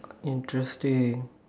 interesting